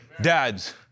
Dads